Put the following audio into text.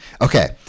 Okay